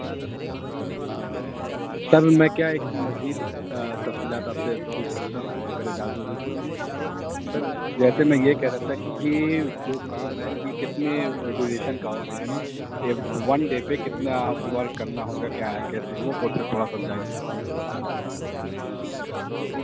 سر میں کیا ایک مزید تفصیلات آپ سے پوچھ سکتا ہوں اگر اجازت ہو تو سر جیسے میں یہ کہہ رہا تھا کہ یہ جو کام ہے یہ کتنے ڈیوریشن کا ہوگا یعنی ون ڈے پہ کتنا ورک کرنا ہوگا کیا ہے کیسے وہ پورا تھوڑا سمجھا دیجیے